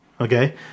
Okay